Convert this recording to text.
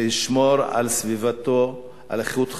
לשמור על סביבתו, על איכות חייו,